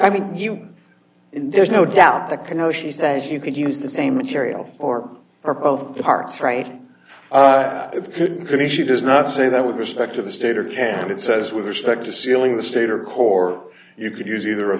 i mean you there's no doubt the can oh she says you could use the same material or or both parts right it could be she does not say that with respect to the state or can it says with respect to sealing the state or core you could use either a